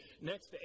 next